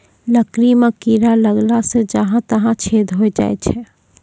लकड़ी म कीड़ा लगला सें जहां तहां छेद होय जाय छै